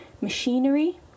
machinery